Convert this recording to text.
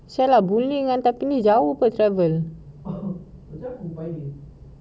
sia lah boon lay tapi ini jauh ke travel